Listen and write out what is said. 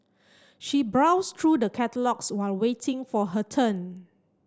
she browsed through the catalogues while waiting for her turn